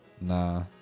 Nah